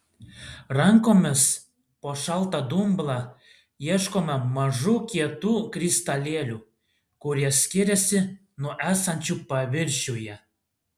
rankomis po šaltą dumblą ieškoma mažų kietų kristalėlių kurie skiriasi nuo esančių paviršiuje